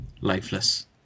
Lifeless